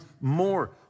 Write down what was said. more